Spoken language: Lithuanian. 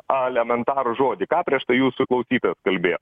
alementarų žodį ką prieš tai jūsų klausytojas kalbėjo